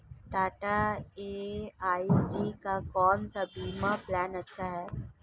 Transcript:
Tata AIG का कौन सा बीमा प्लान अच्छा है?